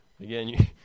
again